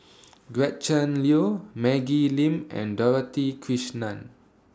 Gretchen Liu Maggie Lim and Dorothy Krishnan